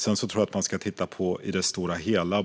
Sedan tror jag att man ska titta på vad vi har gjort i det stora hela